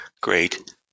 Great